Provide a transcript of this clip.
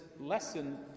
lesson